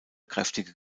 kräftige